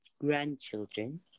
grandchildren